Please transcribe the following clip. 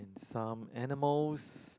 some animals